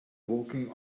walking